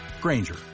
Granger